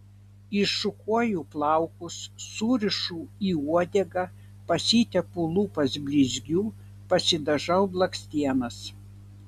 iššukuoju plaukus surišu į uodegą pasitepu lūpas blizgiu pasidažau blakstienas